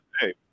Hey